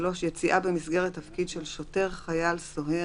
(3)יציאה במסגרת תפקיד של שוטר, חייל, סוהר,